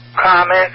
Comment